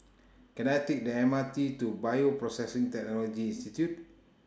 Can I Take The M R T to Bioprocessing Technology Institute